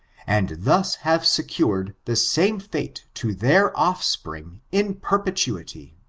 and thus have secured the same fate to their offspring in perpetuity.